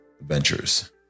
adventures